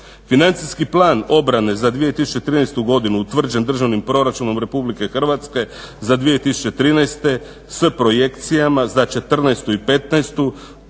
Financijski plan obrane za 2013. godinu utvrđen Državnim proračunom RH za 2013. sa projekcijama za '14. i '15. koji